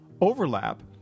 Overlap